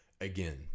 Again